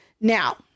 Now